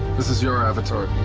this is your avatar.